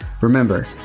Remember